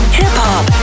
hip-hop